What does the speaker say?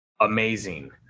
amazing